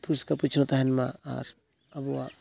ᱯᱚᱨᱤᱥᱠᱟᱨ ᱯᱚᱨᱤᱪᱪᱷᱚᱱᱱᱚ ᱛᱟᱦᱮᱱ ᱢᱟ ᱟᱨ ᱟᱵᱚᱣᱟᱜ